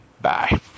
Bye